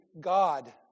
God